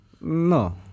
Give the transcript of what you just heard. No